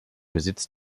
besitz